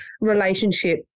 relationship